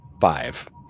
Five